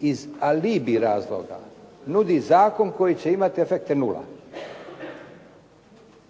iz alibi razloga nudi zakon koji će imati efekte nula.